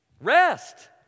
Rest